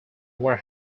were